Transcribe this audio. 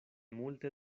multe